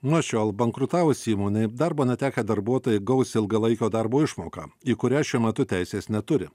nuo šiol bankrutavus įmonei darbo netekę darbuotojai gaus ilgalaikio darbo išmoką į kurią šiuo metu teisės neturi